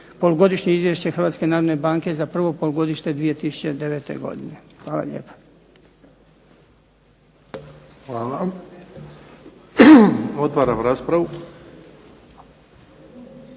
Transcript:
polugodišnje izvješće Hrvatske narodne banke za prvo polugodište 2009. godine. Hvala lijepa. **Bebić, Luka